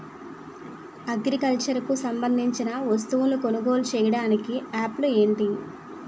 Agriculture కు సంబందించిన వస్తువులను కొనుగోలు చేయటానికి యాప్లు ఏంటి?